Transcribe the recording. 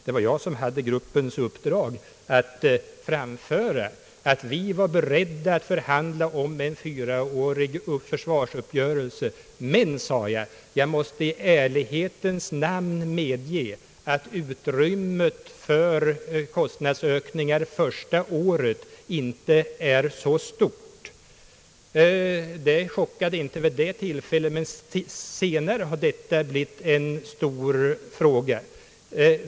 Det var jag som hade gruppens uppdrag att framföra, att vi var beredda att förhandla om en fyraårig försvarsuppgörelse. Men jag tillade, att jag i ärlighetens namn måste medge att utrymmet för kostnadsökningar första året inte är så stort. Detta chockade inte vid det tillfället, men senare har det blivit en stor fråga.